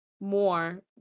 more